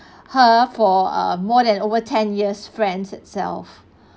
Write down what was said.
her for uh more than over ten years friends itself